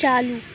چالو